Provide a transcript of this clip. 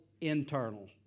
internal